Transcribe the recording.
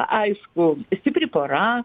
aišku stipri pora